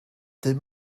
dydd